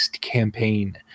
campaign